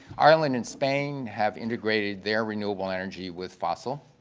ireland and spain have integrated their renewable energy with fossil.